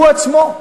הוא עצמו.